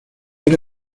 era